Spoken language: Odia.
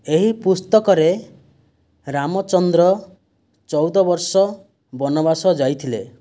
ଏହି ପୁସ୍ତକରେ ରାମଚନ୍ଦ୍ର ଚଉଦ ବର୍ଷ ବନବାସ ଯାଇଥିଲେ